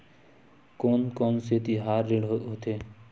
कोन कौन से तिहार ऋण होथे?